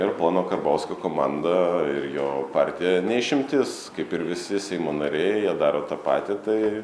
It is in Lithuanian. ir pono karbauskio komanda ir jo partija ne išimtis kaip ir visi seimo nariai jie daro tą patį tai